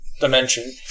dimension